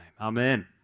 Amen